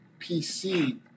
PC